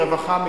כרווחה,